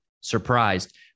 surprised